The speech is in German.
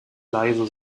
leise